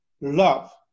love